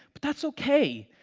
but that's okay,